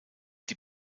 die